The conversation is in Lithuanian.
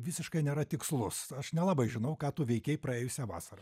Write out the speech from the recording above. visiškai nėra tikslus aš nelabai žinau ką tu veikei praėjusią vasarą